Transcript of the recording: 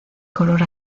color